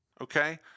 okay